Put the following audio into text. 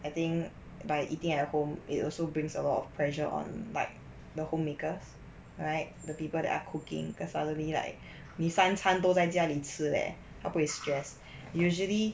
I think by eating at home it also brings a lot of pressure on like the homemakers right the people that are cooking because suddenly like 你三餐都在家里吃 eh 他不会 stress usually